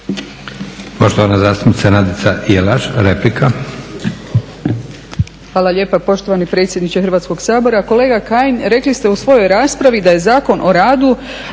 Poštovana zastupnica Nadica Jelaš.